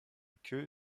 queue